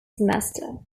semester